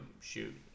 shoot